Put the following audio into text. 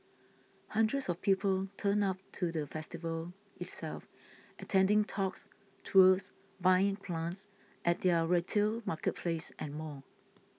hundreds of people turned up to the festival itself attending talks tours buying plants at their retail marketplace and more